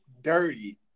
dirty